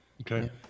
Okay